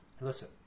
Listen